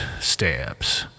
stamps